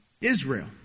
Israel